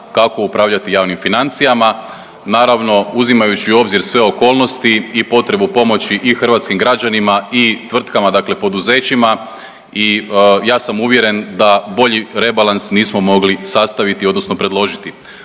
kako upravljati javnim financijama. Naravno uzimajući u obzir sve okolnosti i potrebu pomoći i hrvatskim građanima i tvrtkama dakle poduzećima i ja sam uvjeren da bolji rebalans nismo mogli sastaviti odnosno predložiti.